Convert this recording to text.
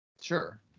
Sure